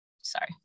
sorry